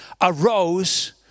arose